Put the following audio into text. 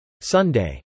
Sunday